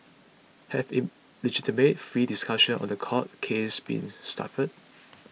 have in legitimate free discussions on the court cases been stifled